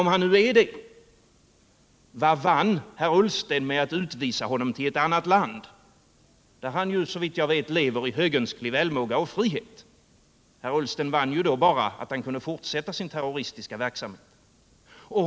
Om han nu är det, vad vann herr Ullsten på att utvisa honom till ett annat land, där han såvitt jag vet lever i högönsklig välmåga och frihet? Herr Ullsten vann bara att Hunter kunde fortsätta sin terroristiska verksamhet.